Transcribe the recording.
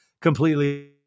completely